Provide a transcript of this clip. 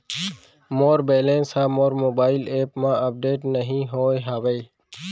मोर balance हा मोर mobile app मा अपडेट नहीं होय हवे